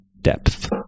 depth